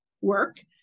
work